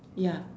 ya